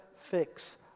fix